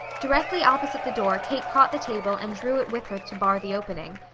directly opposite the door kate caught the table and drew it with her to bar the opening.